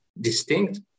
distinct